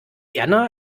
erna